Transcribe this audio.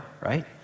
right